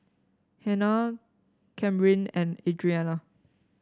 Hanna Camryn and Adriana